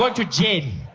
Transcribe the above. but to jail.